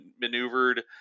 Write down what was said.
maneuvered